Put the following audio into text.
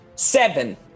seven